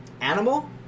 Animal